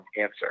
answer